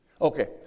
Okay